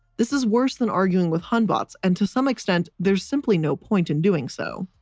this is worse than arguing with hunbots, and to some extent, there's simply no point in doing so.